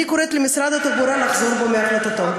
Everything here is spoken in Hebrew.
אני קוראת למשרד התחבורה לחזור בו מהחלטתו,